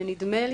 הם נאמרו.